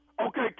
Okay